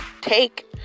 take